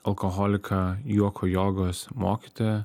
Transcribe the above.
alkoholiką juoko jogos mokytoją